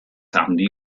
handi